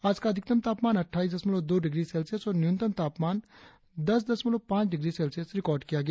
आज का अधिकतम तापमान अट्ठाईस दशमलव दो डिग्री सेल्सियस और न्यूनतम तापमान दश दशमलव पांच डिग्री सेल्सियस रिकार्ड किया गया